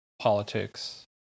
politics